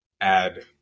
add